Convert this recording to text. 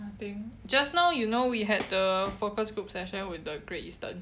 I think just now you know we had the focus group session with the great eastern